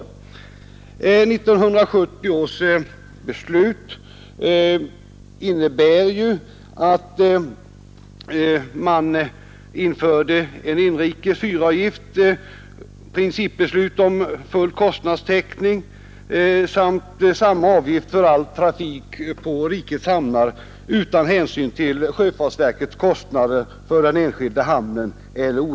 1970 års beslut innebar att man införde en inrikes fyravgift, att man införde principen om full kostnadstäckning samt att man bestämde att samma avgift skulle utgå för all trafik på rikets hamnar utan hänsyn till sjöfartsverkets kostnader för den enskilda hamnen.